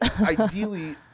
ideally